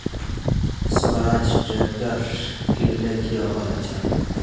Swaraj tractor किनले की offer अच्छा?